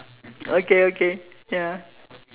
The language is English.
okay okay ya